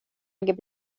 ligger